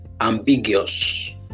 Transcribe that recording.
ambiguous